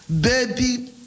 Baby